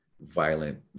violent